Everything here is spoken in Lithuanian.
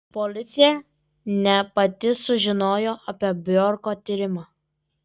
policija ne pati sužinojo apie bjorko tyrimą